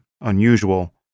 unusual